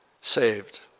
saved